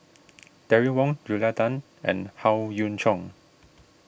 Terry Wong Julia Tan and Howe Yoon Chong